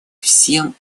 всем